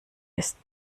ist